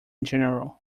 general